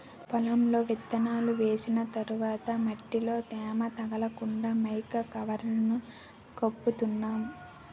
పొలంలో విత్తనాలు వేసిన తర్వాత మట్టిలో తేమ తగ్గకుండా మైకా కవర్లను కప్పుతున్నాం